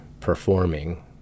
performing